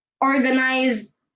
organize